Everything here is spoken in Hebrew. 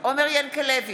עומר ינקלביץ'